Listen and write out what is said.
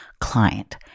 client